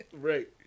Right